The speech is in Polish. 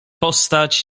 postać